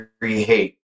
create